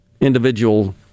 individual